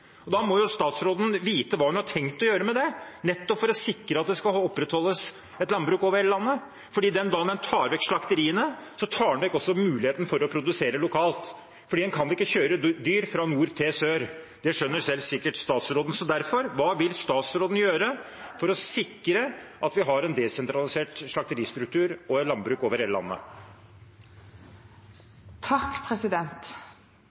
Da må statsråden vite hva hun har tenkt å gjøre med det, nettopp for å sikre at det skal opprettholdes et landbruk over hele landet, for den dagen en tar vekk slakteriene, tar en også vekk muligheten for å produsere lokalt. En kan ikke kjøre dyr fra nord til sør – det skjønner sikkert selv statsråden. Så derfor: Hva vil statsråden gjøre for å sikre at vi har en desentralisert slakteristruktur og et landbruk over hele landet?